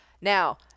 Now